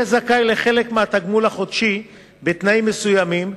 יהיה זכאי לחלק מהתגמול החודשי בתנאים מסוימים,